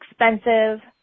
expensive